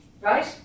right